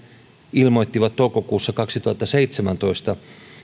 ilmoittivat toukokuussa kaksituhattaseitsemäntoista